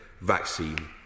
vaccine